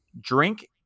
drink